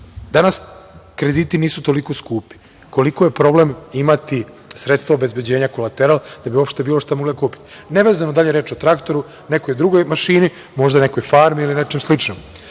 krediti nisu toliko skupi koliko je problem imati sredstva obezbeđenja, kolateral, da bi uopšte bilo šta mogli da kupite, nevezano da li je reč o traktoru, drugoj mašini, možda nekoj farmi ili nečem sličnom.